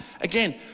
again